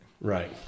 right